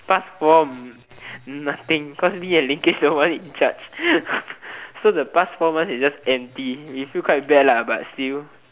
past four m~ nothing cause me and nobody in charge so the past four months it's just empty we feel quite bad lah but still